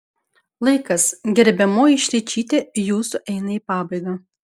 laikas gerbiamoji šličyte jūsų eina į pabaigą